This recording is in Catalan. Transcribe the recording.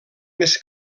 més